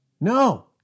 No